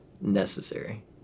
Necessary